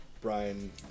Brian